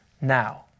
now